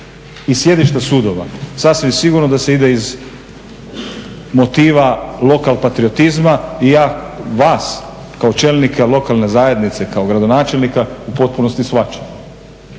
i sjedišta sudova sasvim sigurno da se ide iz motiva lokal patriotizma. I ja vas kao čelnika lokalne zajednice, kao gradonačelnika u potpunosti shvaćam.